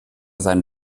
seinen